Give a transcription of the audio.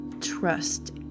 trust